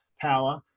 power